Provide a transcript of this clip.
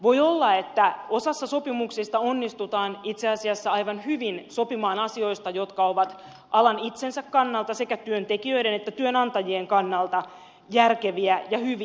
voi olla että osassa sopimuksista onnistutaan itse asiassa aivan hyvin sopimaan asioista jotka ovat alan itsensä kannalta sekä työntekijöiden että työnantajien kannalta järkeviä ja hyviä